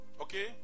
Okay